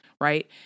right